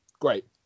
great